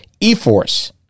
eForce